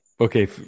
Okay